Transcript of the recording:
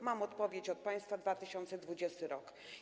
Mam odpowiedź od państwa: 2020 r.